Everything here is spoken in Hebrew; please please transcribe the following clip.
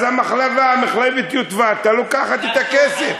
אז המחלבה, מחלבת יטבתה, לוקחת את הכסף.